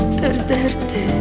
perderte